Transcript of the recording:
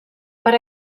per